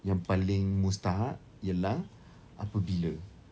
yang paling mustahak ialah apabila